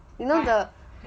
you know the